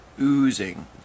oozing